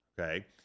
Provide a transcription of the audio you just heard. Okay